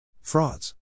frauds